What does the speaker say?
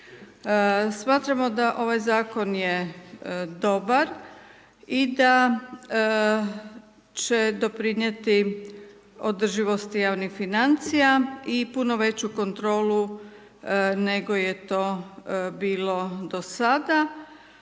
Smatramo da ovaj Zakon je dobar i da će doprinijeti održivosti javnih financija i puno veću kontrolu nego je to bilo do sada.